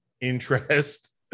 interest